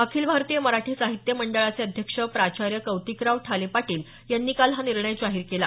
अखिल भारतीय मराठी साहित्य मंडळाचे अध्यक्ष प्राचार्य कौतिकराव ठाले पाटील यांनी काल हा निर्णय जाहीर केला